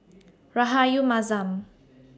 Rahayu Mahzam